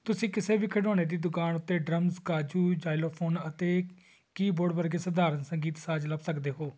ਤੁਸੀਂ ਕਿਸੇ ਵੀ ਖਿਡੌਣੇ ਦੀ ਦੁਕਾਨ ਉੱਤੇ ਡ੍ਰਮਜ਼ ਕਾਜੂ ਜ਼ਾਈਲੋਫੋਨ ਅਤੇ ਕੀਬੋਰਡ ਵਰਗੇ ਸਧਾਰਨ ਸੰਗੀਤ ਸਾਜ਼ ਲੱਭ ਸਕਦੇ ਹੋ